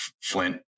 Flint